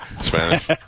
Spanish